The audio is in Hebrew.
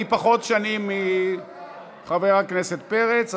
אני פחות שנים מחבר הכנסת פרץ,